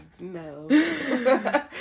no